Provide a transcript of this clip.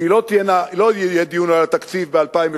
כי לא יהיה דיון על התקציב ב-2012,